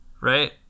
right